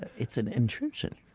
it's an intrusion